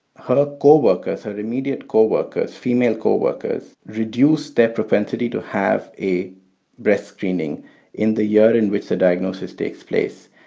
her coworkers her immediate coworkers female coworkers reduce their propensity to have a breast screening in the year in which the diagnosis takes place.